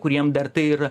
kuriem dar tai yra